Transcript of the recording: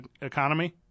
economy